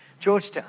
Georgetown